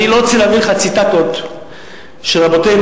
אני לא רוצה להביא לך ציטטות של רבותינו,